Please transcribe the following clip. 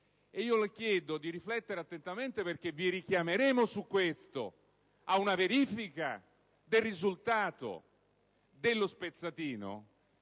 Le chiedo di riflettere attentamente, perché vi richiameremo su questo ad una verifica del risultato dello spezzatino